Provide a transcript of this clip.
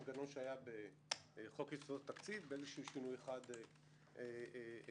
מטמא אותה - גם להשתמש באומנות לצורך האמירות השליליות של